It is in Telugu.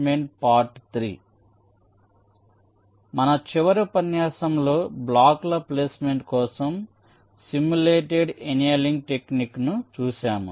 మన చివరి ఉపన్యాసంలో బ్లాకుల ప్లేస్మెంట్ కోసం సిమ్యులేటెడ్ ఎనియలింగ్ టెక్నిక్ను చూశాము